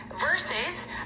versus